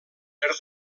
per